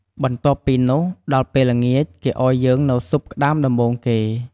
បន្ទាប់ពីនោះ ដល់ពេលល្ងាចគេឲ្យយើងនូវស៊ុបក្តាមដំបូងគេ ។